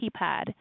keypad